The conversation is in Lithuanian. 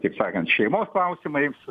taip sakant šeimos klausimais